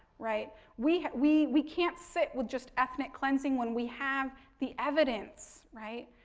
right? we we we can't sit with just ethnic cleansing when we have the evidence, right?